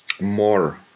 more